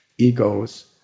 egos